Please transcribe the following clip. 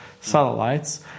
satellites